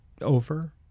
over